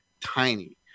tiny